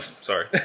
Sorry